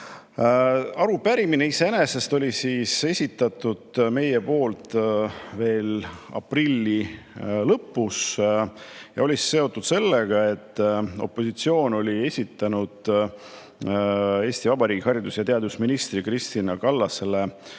Arupärimine iseenesest oli esitatud juba aprilli lõpus ja oli seotud sellega, et opositsioon oli esitanud Eesti Vabariigi haridus- ja teadusministrile Kristina Kallasele